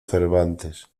cervantes